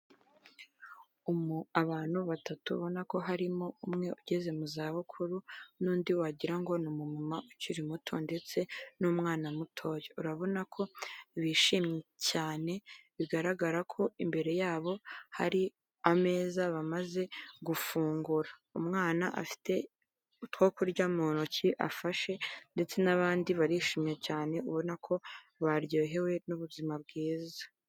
Abantu batatu ubona ko harimo umwe ugeze mu za bukuru n'undi wagira ngo ni umumama ukiri muto ndetse n'umwana mutoya, urabona ko bishimye cyane bigaragara ko imbere yabo hari ameza bamaze gufungura, umwana afite utwo kurya mu ntoki afashe ndetse n'abandi barishimye cyane ubona ko baryohewe n'ubuzima bwiza.